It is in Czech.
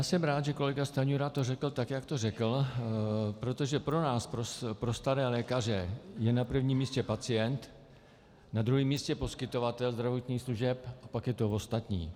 Jsem rád, že kolega Stanjura to řekl tak, jak to řekl, protože pro nás, pro staré lékaře, je na prvním místě pacient, na druhém místě poskytovatel zdravotních služeb a pak je to ostatní.